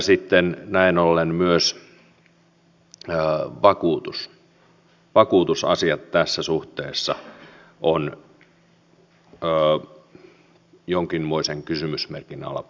sitten näin ollen myös vakuutusasiat tässä suhteessa ovat jonkinmoisen kysymysmerkin alla